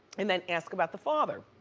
and then ask about the father.